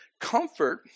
Comfort